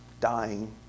dying